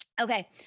okay